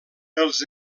els